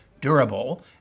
durable